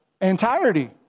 entirety